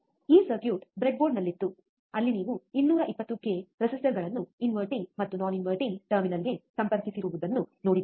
ಈ ಸರ್ಕ್ಯೂಟ್ ಬ್ರೆಡ್ಬೋರ್ಡ್ನಲ್ಲಿತ್ತು ಅಲ್ಲಿ ನೀವು 220 ಕೆ ರೆಸಿಸ್ಟರ್ಗಳನ್ನು ಇನ್ವರ್ಟಿಂಗ್ ಮತ್ತು ನಾನ್ ಇನ್ವರ್ಟಿಂಗ್ ಟರ್ಮಿನಲ್ಗೆ ಸಂಪರ್ಕಿಸಿರುವುದನ್ನು ನೋಡಿದ್ದೀರಿ